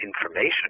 information